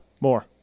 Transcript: more